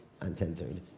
uncensored